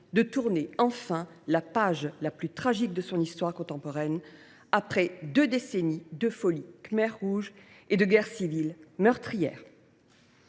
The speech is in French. de tourner enfin la page la plus tragique de son histoire contemporaine, après deux décennies de folie khmère rouge et de guerre civile meurtrière.